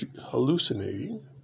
hallucinating